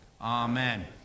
Amen